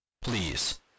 Please